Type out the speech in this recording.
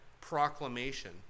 proclamation